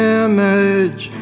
image